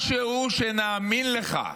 משהו, שנאמין לך.